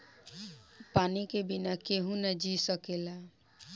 पानी के बिना केहू ना जी सकेला